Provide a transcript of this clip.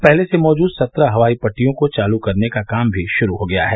पहले से मौजूद सत्रह हवाई पट्टियों को चालू करने का काम भी शुरू हो गया है